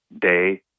day